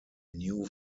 new